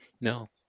No